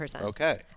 okay